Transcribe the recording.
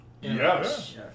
Yes